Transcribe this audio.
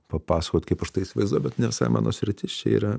papasakot kaip aš tai įsivaizduoju bet ne visai mano sritis čia yra